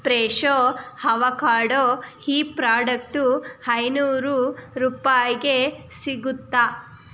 ಪ್ರೆಶೋ avocado ಈ product ಐನೂರು ರೂಪಾಯಿಗೆ ಸಿಗುತ್ತಾ